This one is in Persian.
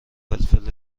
فلفل